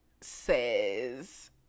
says